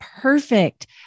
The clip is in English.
perfect